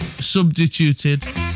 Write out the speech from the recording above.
Substituted